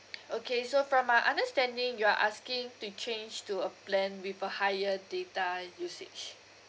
okay so from my understanding you are asking to change to a plan with a higher data usage